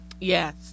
Yes